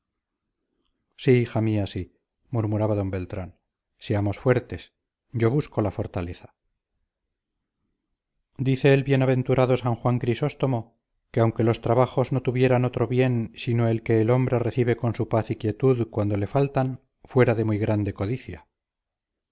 sí hija mía sí murmuraba d beltrán seamos fuertes yo busco la fortaleza dice el bienaventurado san juan crisóstomo que aunque los trabajos no tuvieran otro bien sino el que el hombre recibe con su paz y quietud cuando le faltan fueran de muy grande codicia